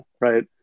right